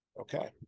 okay